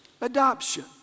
adoption